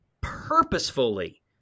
purposefully